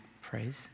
praise